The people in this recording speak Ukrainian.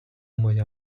моя